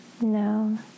No